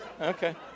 Okay